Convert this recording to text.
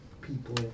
people